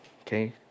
okay